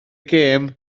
gêm